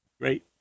Great